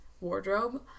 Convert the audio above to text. wardrobe